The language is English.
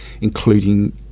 including